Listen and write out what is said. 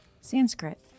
Sanskrit